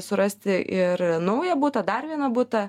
surasti ir naują butą dar vieną butą